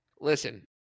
Listen